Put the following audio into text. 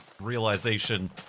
realization